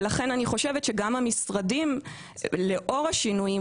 אני חושבת שגם המשרדים לאור השינויים